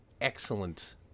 excellent